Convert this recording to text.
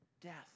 death